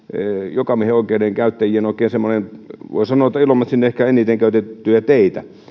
jokamiehenoikeuden käyttäjien oikein semmoinen voi sanoa ilomantsin ehkä eniten käytettyjä teitä